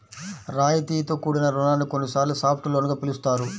రాయితీతో కూడిన రుణాన్ని కొన్నిసార్లు సాఫ్ట్ లోన్ గా పిలుస్తారు